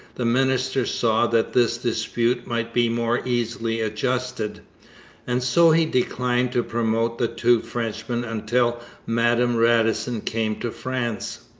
the minister saw that this dispute might be more easily adjusted and so he declined to promote the two frenchmen until madame radisson came to france.